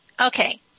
Okay